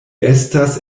estas